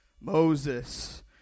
Moses